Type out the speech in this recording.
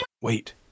Wait